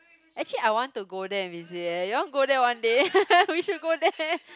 actually I want to go there and visit eh you want go there one day we should go there